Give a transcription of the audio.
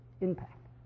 impact